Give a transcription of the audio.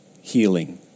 healing